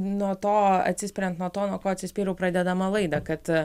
nuo to atsispiriant nuo to nuo ko atsispyriau pradėdama laidą kad